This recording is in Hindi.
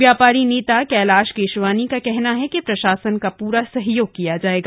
व्यापारी नेता कैलाश केशवानी का कहना है कि प्रशासन का पूरा सहयोग किया जाएगा